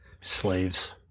Slaves